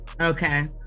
Okay